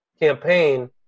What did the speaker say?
campaign